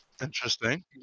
interesting